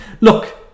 look